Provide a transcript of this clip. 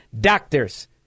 doctors